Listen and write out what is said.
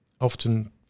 Often